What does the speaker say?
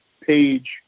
page